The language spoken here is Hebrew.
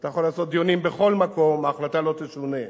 אתה יכול לעשות דיונים בכל מקום, ההחלטה לא תשונה.